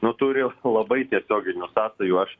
nu turi labai tiesioginių sąsajų aš